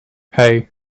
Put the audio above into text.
hey